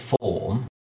form